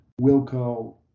Wilco